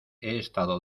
estado